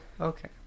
okay